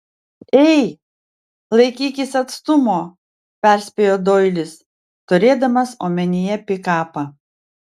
ei laikykis atstumo perspėjo doilis turėdamas omenyje pikapą